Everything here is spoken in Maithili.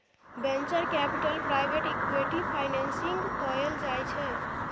venture capital private equity financing कएल जाइ छै